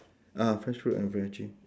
ah fresh fruit and veggie